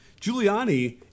Giuliani